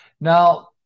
Now